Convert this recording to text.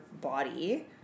body